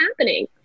happening